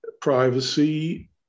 privacy